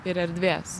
ir erdvės